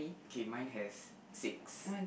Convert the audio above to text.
okay mine has six